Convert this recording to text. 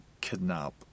kidnap